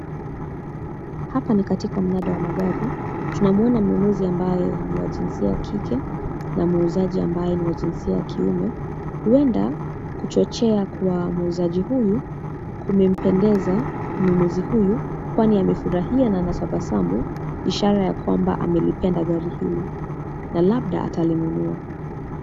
Hapa ni katika mnada wa magari. Tumwona mnunuzi ambaye ni wa jinsia ya kike na muuzaji ambaye ni wa jinsia ya kiume. Huenda kuchochea kwa muuzaji huyu kumempendeza mnunuzi huyu kwani amefurahia na anatabasamu ishara ya kwamba amelipenda gari hili na labda atalinunua.